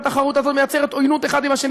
והתחרות הזאת יוצרת עוינות זה כלפי זה.